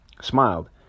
smiled